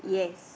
uh